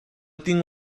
tinc